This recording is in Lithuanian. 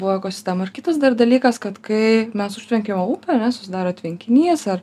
buvo ekosistema ir kitas dar dalykas kad kai mes užtvenkiam upę ane susidaro tvenkinys ar